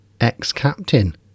ex-captain